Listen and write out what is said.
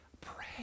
pray